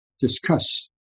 discuss